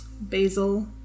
basil